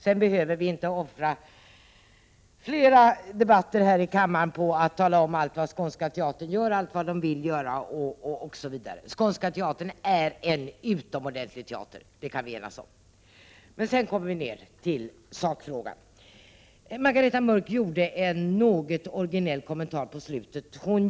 Sedan behöver vi inte offra fler debatter här i kammaren på att tala om allt vad Skånska teatern gör, vill göra, osv. Skånska teatern är en utomordentligt bra teater. Det kan vi enas om. Men sedan kommer vi ner till sakfrågan. Margareta Mörck gjorde en något originell kommentar i slutet på sitt anförande.